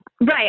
Right